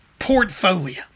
portfolio